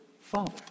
father